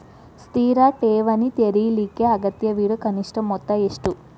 ಸ್ಥಿರ ಠೇವಣಿ ತೆರೇಲಿಕ್ಕೆ ಅಗತ್ಯವಿರೋ ಕನಿಷ್ಠ ಮೊತ್ತ ಎಷ್ಟು?